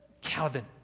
Calvin